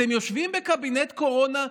אתם יושבים בקבינט קורונה,